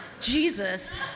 Jesus